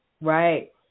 Right